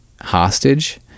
hostage